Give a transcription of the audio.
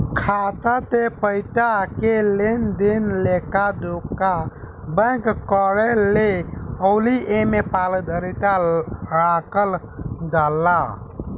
खाता से पइसा के लेनदेन के लेखा जोखा बैंक करेले अउर एमे पारदर्शिता राखल जाला